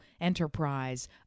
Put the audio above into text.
enterprise